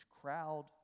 crowd